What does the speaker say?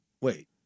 Wait